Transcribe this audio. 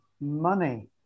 money